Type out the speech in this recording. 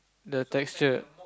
the texture